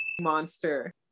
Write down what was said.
monster